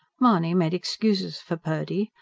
mahony made excuses for purdy,